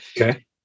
Okay